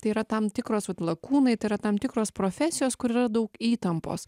tai yra tam tikros vat lakūnai tai yra tam tikros profesijos kur yra daug įtampos